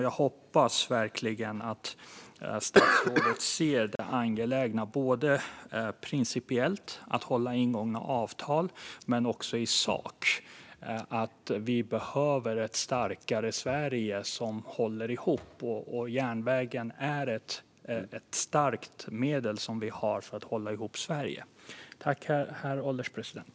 Jag hoppas verkligen att statsrådet ser såväl det principiellt angelägna i att hålla avtal som det angelägna i sak: att vi behöver ett starkare Sverige som håller ihop och att järnvägen är ett viktigt medel för det.